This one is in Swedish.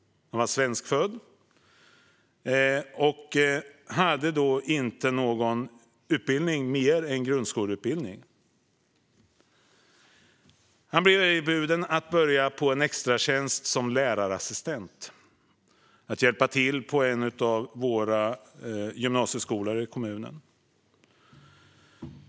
Han var svenskfödd men hade inte någon utbildning utöver grundskolan. Han blev erbjuden att börja på en extratjänst som lärarassistent och hjälpa till på en av kommunens gymnasieskolor.